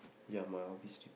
ya my one please do